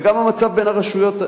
וגם המצב בין הרשויות,